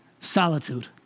solitude